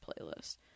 playlist